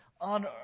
on